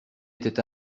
était